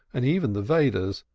and even the vedas,